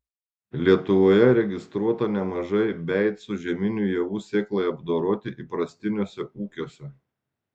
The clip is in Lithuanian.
lietuvoje registruota nemažai beicų žieminių javų sėklai apdoroti įprastiniuose ūkiuose